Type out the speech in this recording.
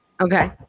Okay